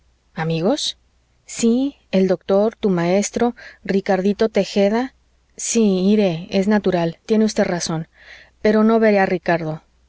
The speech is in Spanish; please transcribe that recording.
amigos sí el doctor tu maestro ricardito tejeda sí iré es natural tiene usted razón pero no veré a ricardo